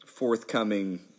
forthcoming